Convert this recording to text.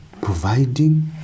providing